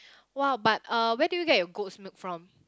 !wow! but uh where did you get goat's milk from